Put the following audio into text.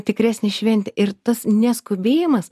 tikresnė šventė ir tas neskubėjimas